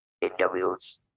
interviews